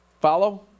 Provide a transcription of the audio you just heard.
follow